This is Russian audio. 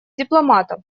дипломатов